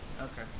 Okay